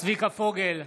צביקה פוגל,